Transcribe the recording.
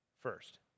first